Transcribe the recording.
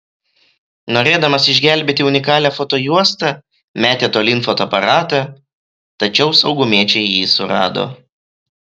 norėdamas išgelbėti unikalią fotojuostą metė tolyn fotoaparatą tačiau saugumiečiai jį surado